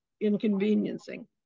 inconveniencing